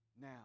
now